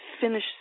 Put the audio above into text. finish